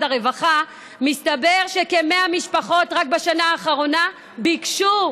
הרווחה מתברר שכ-100 משפחות רק בשנה האחרונה ביקשו